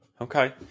Okay